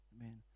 amen